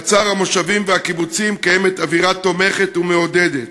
בחצר המושבים והקיבוצים יש אווירה תומכת ומעודדת.